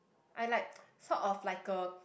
I like sort of like a